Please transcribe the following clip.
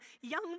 young